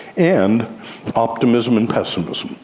and optimism and pessimism,